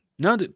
No